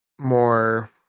more